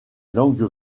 langue